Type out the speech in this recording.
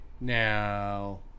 Now